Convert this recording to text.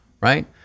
right